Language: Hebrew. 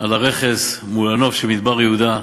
על הרכס מול הנוף של מדבר יהודה,